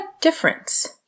difference